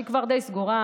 שהיא כבר די סגורה,